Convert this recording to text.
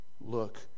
Look